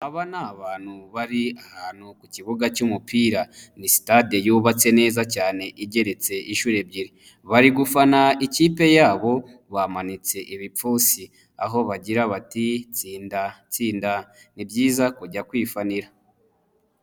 abantu bari ahantu ku kibuga cy'umupira, ni sitade yubatse neza cyane igeretse inshuro ebyiri, bari gufana ikipe yabo bamanitse ibipfunsi aho bagira bati "tsinda tsinda" ni byiza kujya kwifanira.